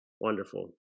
Wonderful